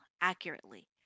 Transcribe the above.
accurately